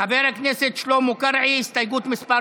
חבר הכנסת שלמה קרעי, הסתייגות מס'